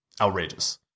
outrageous